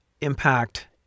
impact